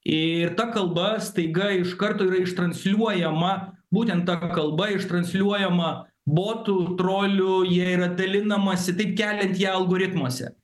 ir ta kalba staiga iš karto yra ištransliuojama būtent ta kalba ištransliuojama botų trolių jie yra dalinamasi taip keliant ją algoritmuose